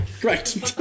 Correct